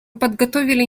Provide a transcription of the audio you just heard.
подготовили